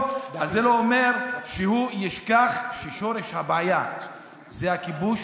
זה לא אומר שהוא ישכח ששורש הבעיה זה הכיבוש